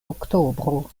oktobro